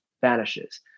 vanishes